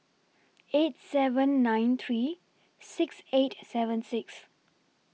eight seven nine three six eight seven six